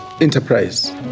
enterprise